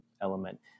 element